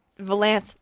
Valanth